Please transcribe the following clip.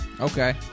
Okay